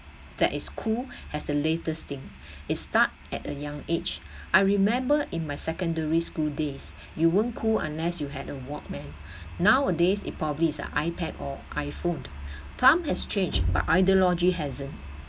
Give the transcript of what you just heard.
that is cool has the latest thing it start at a young age I remember in my secondary school days you won't cool unless you had a walkman nowadays it probably is an ipad or iphone time has changed but ideology hasn't